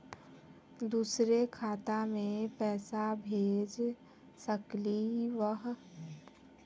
दुसरे खाता मैं पैसा भेज सकलीवह?